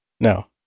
No